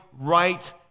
right